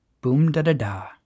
Boom-da-da-da